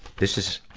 this is,